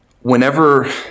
whenever